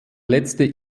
letzte